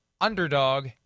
underdog